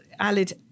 Alid